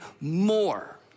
more